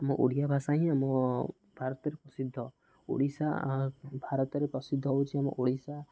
ଆମ ଓଡ଼ିଆ ଭାଷା ହିଁ ଆମ ଭାରତରେ ପ୍ରସିଦ୍ଧ ଓଡ଼ିଶା ଭାରତରେ ପ୍ରସିଦ୍ଧ ହେଉଛି ଆମ ଓଡ଼ିଶା